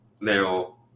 Now